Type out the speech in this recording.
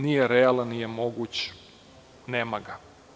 Nije realan, nije moguć, nema ga.